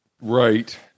Right